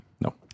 No